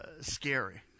scary